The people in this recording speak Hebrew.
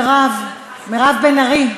מירב בן ארי,